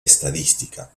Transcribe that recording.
estadística